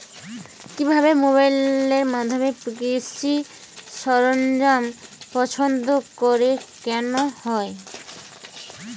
কিভাবে মোবাইলের মাধ্যমে কৃষি সরঞ্জাম পছন্দ করে কেনা হয়?